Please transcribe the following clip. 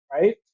right